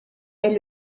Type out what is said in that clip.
est